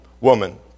woman